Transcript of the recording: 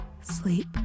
Sleep